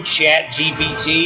ChatGPT